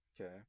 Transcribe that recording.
Okay